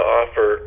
offer